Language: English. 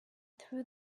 through